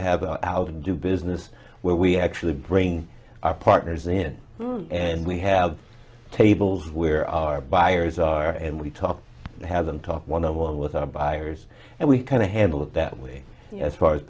have an out and do business where we actually bring our partners in and we have tables where our buyers are and we talk have them talk one on one with our buyers and we kind of handle it that way as far as